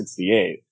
1968